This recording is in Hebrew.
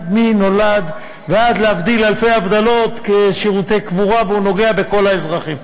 מלידה ועד להבדיל אלפי הבדלות בשירותי קבורה הוא נוגע בכל האזרחים.